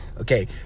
Okay